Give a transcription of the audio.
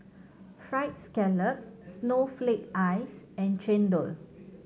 Fried Scallop snowflake ice and chendol